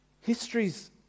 History's